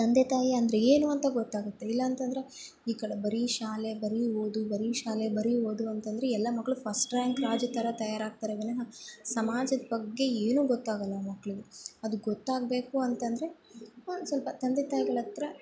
ತಂದೆ ತಾಯಿ ಅಂದರೆ ಏನು ಅಂತ ಗೊತ್ತಾಗುತ್ತೆ ಇಲ್ಲ ಅಂತಂದ್ರೆ ಈ ಕಡೆ ಬರೀ ಶಾಲೆ ಬರೀ ಓದು ಬರೀ ಶಾಲೆ ಬರೀ ಓದು ಅಂತಂದ್ರೆ ಎಲ್ಲ ಮಕ್ಳು ಫಸ್ಟ್ ರ್ಯಾಂಕ್ ರಾಜು ಥರ ತಯಾರಾಗ್ತಾರೇ ವಿನಃ ಸಮಾಜದ ಬಗ್ಗೆ ಏನೂ ಗೊತ್ತಾಗೋಲ್ಲ ಮಕ್ಳಿಗೆ ಅದು ಗೊತ್ತಾಗಬೇಕು ಅಂತ ಅಂದರೆ ಒಂದು ಸ್ವಲ್ಪ ತಂದೆ ತಾಯಿಗಳತ್ರ